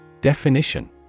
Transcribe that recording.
Definition